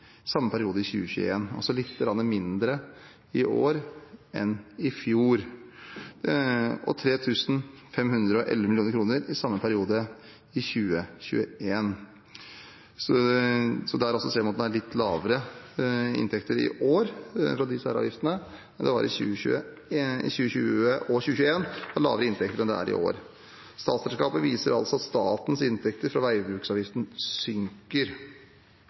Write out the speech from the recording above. samme periode i 2021 – altså litt mindre i år enn i fjor – og 3 511 mill. kr i samme periode i 2020. Så vi ser at det er litt lavere inntekter i år av de avgiftene. Det var i 2020 og 2021 lavere inntekter enn det er i år. Statsregnskapet viser altså at statens inntekter fra veibruksavgiften synker.